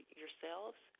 yourselves